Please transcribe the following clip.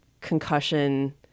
concussion